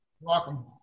Welcome